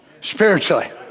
spiritually